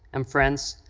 and friends,